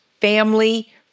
family